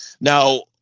now